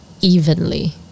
evenly